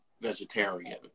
vegetarian